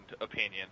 opinion